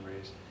raised